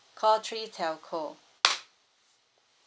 call three telco